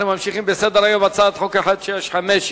אנחנו ממשיכים בסדר-היום: הצעת חוק פ/1650,